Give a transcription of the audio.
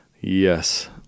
Yes